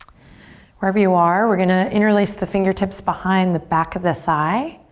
wherever you are, we're gonna interlace the fingertips behind the back of the thigh